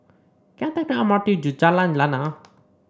can I take the M R T to Jalan Lana